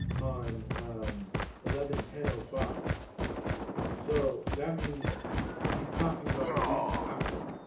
on eleven ten ah five so that means he's talking about the week after